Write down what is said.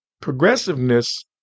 Progressiveness